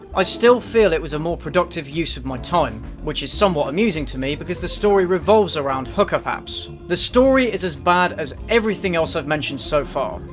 i still feel it was a more productive use of my time. which is somewhat amusing to me, because the story revolves around hookup apps. the story is as bad as everything else i've mentioned so far.